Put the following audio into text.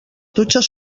dutxes